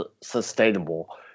sustainable